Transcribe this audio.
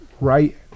right